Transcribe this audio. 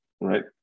right